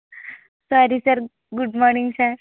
sorry sir good morning sir